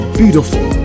beautiful